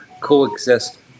coexist